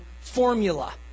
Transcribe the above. formula